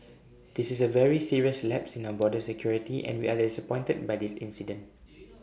this is A very serious lapse in our border security and we are disappointed by this incident